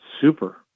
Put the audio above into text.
super